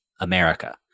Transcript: America